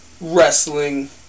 wrestling